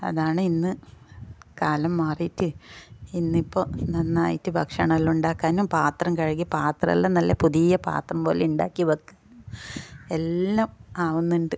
അതാണ് ഇന്ന് കാലം മാറിയിട്ട് ഇന്നിപ്പോൾ നന്നായിട്ട് ഭക്ഷണം എല്ലാം ഉണ്ടാക്കാനും പാത്രം കഴുകി പാത്രമെല്ലാം നല്ല പുതിയ പാത്രം പോലെ ഉണ്ടാക്കി വക് എല്ലാം ആവുന്നുണ്ട്